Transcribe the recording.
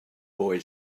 boy